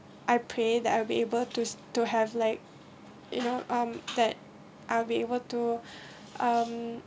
I pray that I will be able to to have like you know um that I'll be able to um